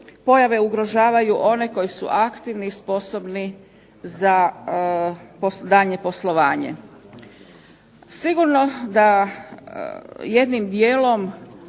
pojave ugrožavaju one koji su aktivni i sposobni za daljnje poslovanje. Sigurno da jednim dijelom